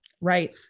Right